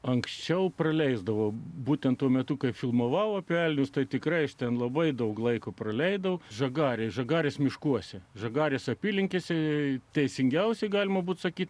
anksčiau praleisdavau būtent tuo metu kai filmavau lapelius tai tikrai aš ten labai daug laiko praleidau žagarė žagarės miškuose žagarės apylinkėse teisingiausiai galima būti sakyti